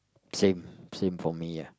same same for me ya